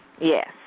Yes